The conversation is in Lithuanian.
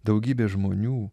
daugybė žmonių